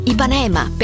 Ipanema